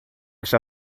está